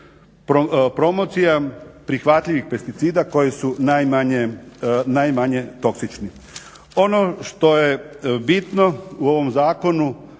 Promocija prihvatljivih pesticida koji su najmanje toksični. Ono što je bino u ovom zakonu